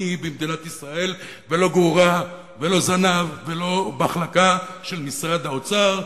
עצמאי במדינת ישראל ולא גרורה ולא זנב ולא מחלקה של משרד האוצר,